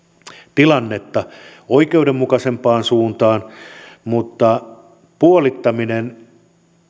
tilannetta oikeudenmukaisempaan suuntaan mutta puolittaminen